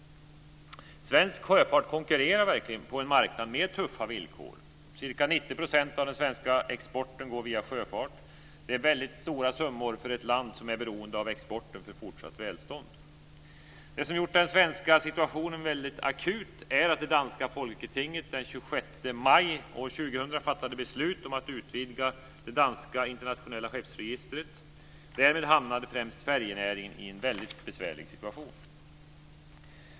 Svensk sjöfart konkurrerar verkligen på en marknad med tuffa villkor. Ca 90 % av den svenska exporten går via sjöfart. Det är väldigt stora summor för ett land som är beroende av exporten för fortsatt välstånd. Det som har gjort den svenska situationen akut är att danska Folketinget den 26 maj år 2000 fattade beslut om att utvidga det danska internationella skeppsregistret. Därvid hamnade främst färjenäringen i en väldigt besvärlig situation.